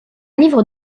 livre